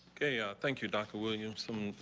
okay ah thank you doctor williamson,